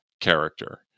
character